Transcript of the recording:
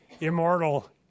immortal